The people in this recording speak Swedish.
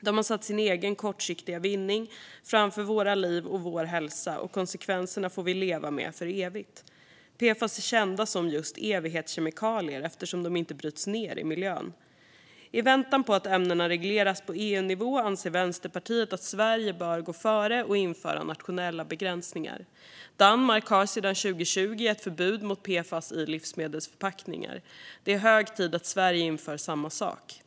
De har satt sin egen kortsiktiga vinning framför våra liv och vår hälsa, och konsekvenserna får vi leva med för evigt. PFAS är kända som just evighetskemikalier eftersom de inte bryts ned i miljön. I väntan på att ämnena regleras på EU-nivå anser Vänsterpartiet att Sverige bör gå före och införa nationella begränsningar. Danmark har sedan 2020 ett förbud mot PFAS i livsmedelsförpackningar. Det är hög tid att Sverige inför samma sak.